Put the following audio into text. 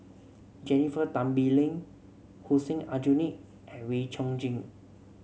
Jennifer Tan Bee Leng Hussein Aljunied and Wee Chong Jin